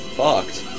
fucked